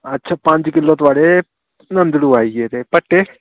अच्छा पंज किल्लो थुआढ़े नन्दड़ू आई गे ते भट्ठे